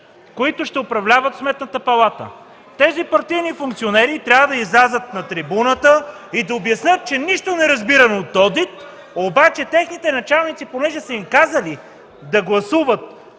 които ще управляват Сметната палата. Тези партийни функционери трябва да излязат на трибуната и да обяснят, че нищо не разбираме от одит, но техните началници понеже са им казали да гласуват